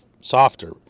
softer